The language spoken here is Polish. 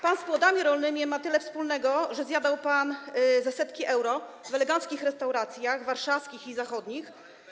Pan z płodami rolnymi ma tyle wspólnego, że zjadał pan obiadki za setki euro w eleganckich restauracjach warszawskich i zachodnich.